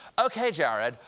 okay, jared,